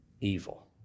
evil